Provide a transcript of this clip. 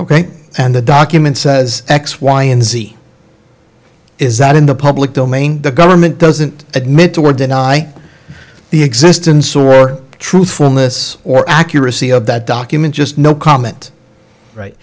ok and the document says x y and z is that in the public domain the government doesn't admit to we're deny the existence or truthfulness or accuracy of that document just no comment right